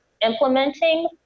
implementing